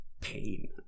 pain